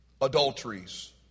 adulteries